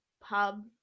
pub